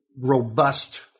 robust